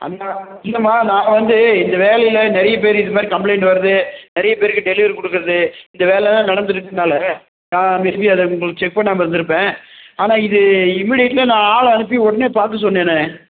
அம்மா இல்லைமா நான் வந்து இந்த வேலையில் நிறையா பேர் இது மாதிரி கம்ப்ளைண்ட் வருது நிறையா பேருக்கு டெலிவரி கொடுக்குறது இந்த வேலைலாம் நடந்துகிட்டு இருக்கிறனால நான் மே பி அதை உங்களுக்கு செக் பண்ணாமல் இருந்திருப்பேன் ஆனால் இது இமீடியட்டாக நான் ஆளை அனுப்பி உடனே பார்க்க சொன்னேனே